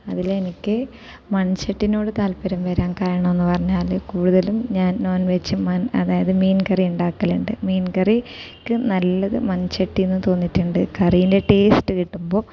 അതിൽ എനിക്ക് മൺചട്ടിനോട് താല്പര്യം വരാൻ കാരണം എന്ന് പറഞ്ഞാൽ കൂടുതലും ഞാൻ നോൺ വെജ് മൺ അതായത് മീൻ കറി ഉണ്ടാക്കലുണ്ട് മീൻ കറിക്ക് നല്ലത് മൺചട്ടി എന്ന് തോന്നിയിട്ടുണ്ട് കറിയിൻ്റെ ടേസ്റ്റ് കിട്ടുമ്പോൾ